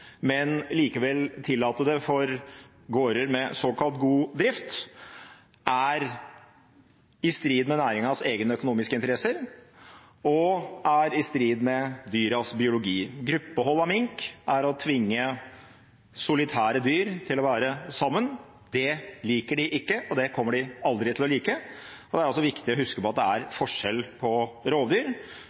men likevel tillate det for gårder med såkalt god drift, er i strid med næringens egne økonomiske interesser og i strid med dyrenes biologi. Gruppehold av mink er å tvinge solitære dyr til å være sammen. Det liker de ikke, og det kommer de aldri til å like. Det er også viktig å huske på at det er forskjell på rovdyr,